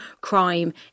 crime